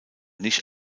nicht